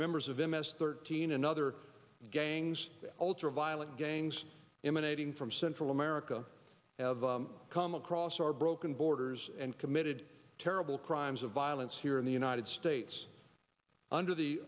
members of m s thirteen and other gangs ultra violent gangs emanating from central america have come across our broken borders and committed terrible crimes of violence here in the united states under the